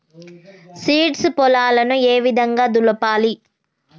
Seeds పొలాలను ఏ విధంగా దులపాలి?